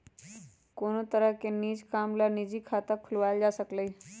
कोनो तरह के निज काम ला निजी खाता खुलवाएल जा सकलई ह